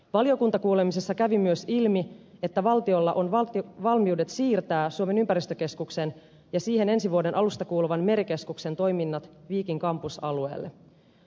valiokuntakuulemisessa kävi myös ilmi että valtiolla on valmiudet siirtää suomen ympäristökeskuksen ja siihen ensi vuoden alusta kuuluvan merikeskuksen toiminnat viikin kampusalueelle